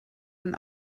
ein